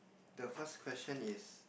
the first question is